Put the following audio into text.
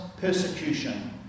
persecution